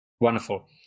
Wonderful